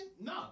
No